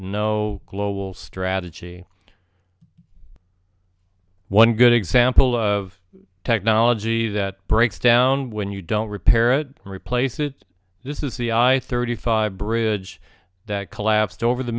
no global strategy one good example of technology that breaks down when you don't repair it and replace it this is the i thirty five bridge that collapsed over the